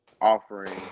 offering